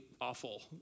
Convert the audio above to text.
awful